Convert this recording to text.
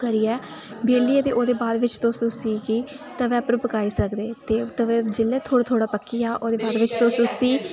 करियै बेल्लियै ते ओह्दे बाद बिच तुस उसी तवे पर पकाई सकदे ते तवे जिल्लै थोह्ड़ा थोह्ड़ा पक्की गेआ ओह्दे बाद बिच तुस उसी